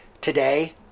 today